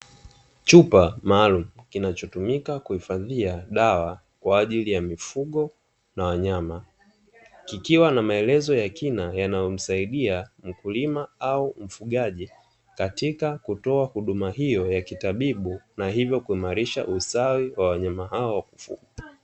Chupa maalumu kinachotumika kuhifadhia dawa kwa ajili ya mifugo na wanyama, kikiwa na maelezo ya kina yanayomsaidia mkulima au mfugaji katika kutoa huduma hiyo ya kitabibu na hivyo kuimarisha ustawi wa wanyama hao wa kufugwa.